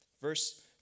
verse